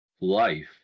life